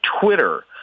Twitter